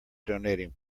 donating